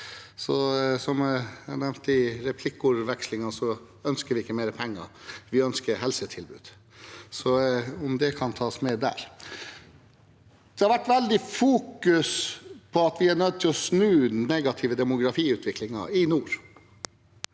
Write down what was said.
Som jeg nevnte i replikkvekslingen, ønsker vi ikke mer penger. Vi ønsker et helsetilbud, om det kan tas med der. Det har vært veldig fokus på at vi er nødt til å snu den negative demografiutviklingen i nord,